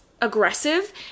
aggressive